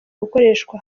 gukoreshwa